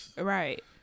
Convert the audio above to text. Right